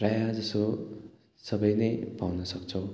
प्रायःजसो सबै नै पाउनसक्छौँ